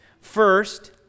First